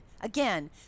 Again